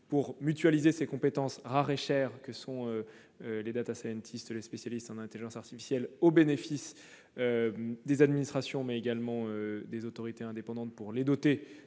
pour mutualiser ces compétences rares et chères que sont celles des, les spécialistes en intelligence artificielle, au bénéfice des administrations, mais également des autorités indépendantes. Ce